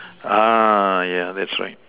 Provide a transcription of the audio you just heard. yeah that's right